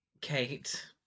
kate